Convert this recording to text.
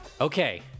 Okay